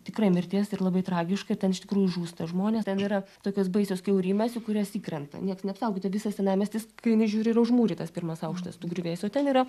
tikrai mirties ir labai tragiška ir ten iš tikrųjų žūsta žmonės ten yra tokios baisios kiaurymės į kurias įkrenta nieks neapsaugota visas senamiestis kai nežiūri yra užmūrytas pirmas aukštas tų griuvėsių ten yra